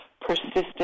persistent